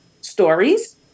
stories